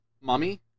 Mommy